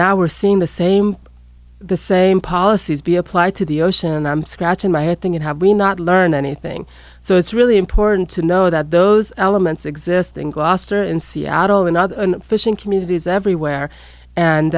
now we're seeing the same the same policies be applied to the ocean and i'm scratching my head thinking have we not learned anything so it's really important to know that those elements exist in gloucester in seattle and other fishing communities everywhere and